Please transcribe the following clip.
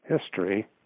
history